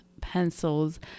pencils